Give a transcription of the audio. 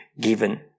given